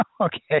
Okay